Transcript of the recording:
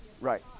right